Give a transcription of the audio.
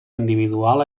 individual